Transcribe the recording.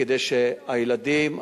כדי שהילדים,